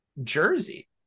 Jersey